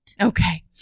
Okay